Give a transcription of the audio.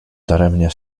daremnie